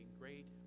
great